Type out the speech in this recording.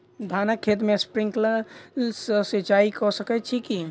धानक खेत मे स्प्रिंकलर सँ सिंचाईं कऽ सकैत छी की?